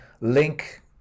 link